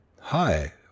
Hi